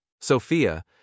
Sophia